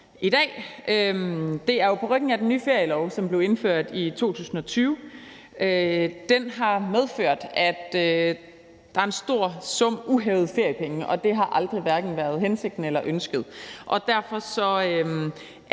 Det er jo på ryggen af den nye ferielov, som blev indført i 2020. Den har medført, at der er en stor sum uhævede feriepenge, og det har aldrig været hverken hensigten eller ønsket.